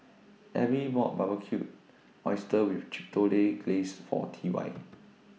Ebbie bought Barbecued Oysters with Chipotle Glaze For T Y